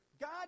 God